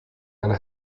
eine